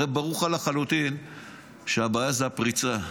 הרי ברור לך לחלוטין שהבעיה זה הפריצה.